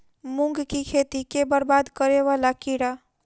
मूंग की खेती केँ बरबाद करे वला कीड़ा?